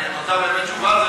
את רוצה באמת תשובה?